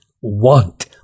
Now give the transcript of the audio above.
want